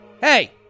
Hey